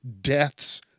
deaths